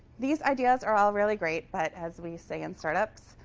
these ideas are all really great, but as we say in startups,